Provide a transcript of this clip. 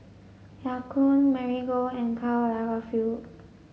Ya Kun Marigold and Karl Lagerfeld